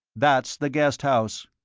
that's the guest house!